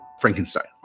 Frankenstein